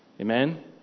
Amen